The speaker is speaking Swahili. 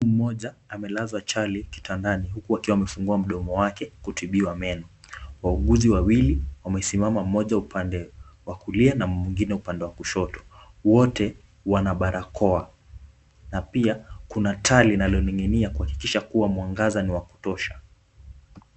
Mtu mmoja amelazwa chali kitandani huku akiwa amefungua mdomo wake kutibiwa meno. Wauguzi wawili wamesimama mmoja upande wa kulia na mwingine upande wa kushoto. Wote wana barakoa na pia kuna taa linaloning'inia, kuhakikisha kuwa mwangaza ni wa kutosha.